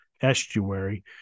estuary